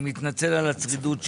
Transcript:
אני מתנצל על הצרידות שלי,